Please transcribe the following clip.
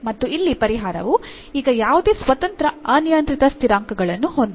ಮತ್ತು ಇಲ್ಲಿ ಪರಿಹಾರವು ಈಗ ಯಾವುದೇ ಸ್ವತಂತ್ರ ಅನಿಯಂತ್ರಿತ ಸ್ಥಿರಾಂಕಗಳನ್ನು ಹೊಂದಿಲ್ಲ